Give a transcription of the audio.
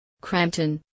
Crampton